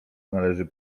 należy